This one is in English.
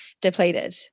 depleted